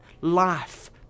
life